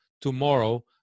tomorrow